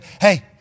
hey